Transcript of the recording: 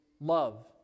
love